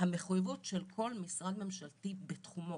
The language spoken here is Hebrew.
המחויבות של כל משרד ממשלתי הוא בתחומו,